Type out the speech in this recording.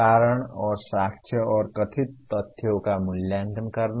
कारण और साक्ष्य और कथित तथ्यों का मूल्यांकन करना